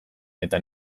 eta